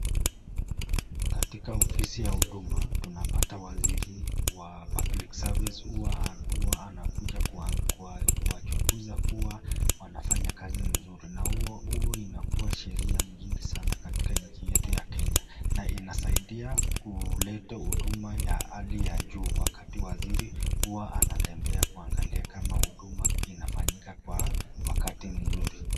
Katika ofisi ya huduma tunapata waziri wa public service huwa anakuja kuwachunguza kuwa wanafanya kazi mzuri. Na huwa inakuwa sheria mzuri sana katika nchi yetu ya Kenya, na inasaidia kuleta huduma ya hali ya juu wakati waziri anatembea kuangalia kama huduma inafanyika kwa wakati mzuri.